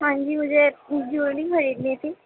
ہاں جی مجھے جویلری خریدنی تھی